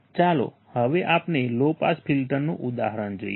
ચાલો હવે આપણે લો પાસ ફિલ્ટરનું ઉદાહરણ જોઈએ